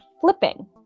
flipping